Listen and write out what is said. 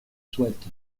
souhaite